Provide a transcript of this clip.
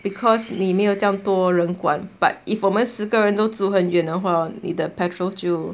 because 你没有这样多人管 but if 我们十个人都住很久的话 hor 你的 petrol 就